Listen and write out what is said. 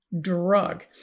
drug